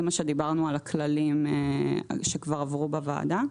זה מה שדיברנו על הכללים שכבר עברו בוועדה.